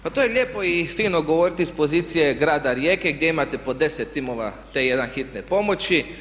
Pa to je lijepo i fino govoriti iz pozicije grada Rijeke gdje imate po 10 timova T1 hitne pomoći.